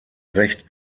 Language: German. recht